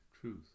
truth